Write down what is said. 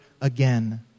again